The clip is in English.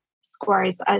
scores